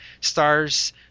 stars